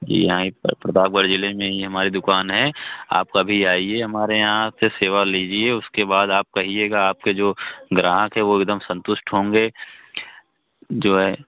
जी यहीं पर प्रतापगढ़ ज़िले में ही हमारी दुक़ान है आप कभी आइए हमारे यहाँ हमसे सेवा लीजिए उसके बाद आप कहिएगा आपके जो ग्राहक हैं वह एकदम सन्तुष्ट होंगे जो है